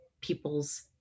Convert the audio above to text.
people's